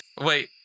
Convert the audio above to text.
Wait